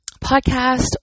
podcast